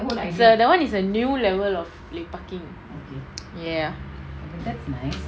is err that one is a new level of lepaking ya